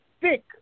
Thick